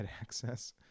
access